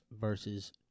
versus